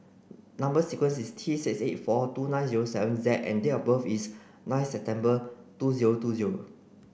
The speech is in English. number sequence is T six eight four two nine zero seven Z and date of birth is nine September two zero two zero